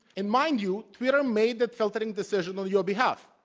and, mind you, twitter made that filtering decision on your behalf.